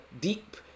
deep